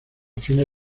fines